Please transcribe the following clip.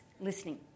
listening